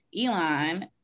Elon